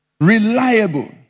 reliable